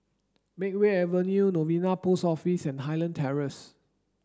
Makeway Avenue Novena Post Office and Highland Terrace